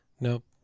Nope